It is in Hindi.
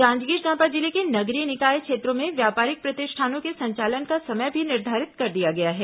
जांजगीर चांपा जिले के नगरीय निकाय क्षेत्रों में व्यापारिक प्रतिष्ठानों के संचालन का समय भी निर्धारित कर दिया गया है